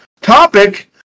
topic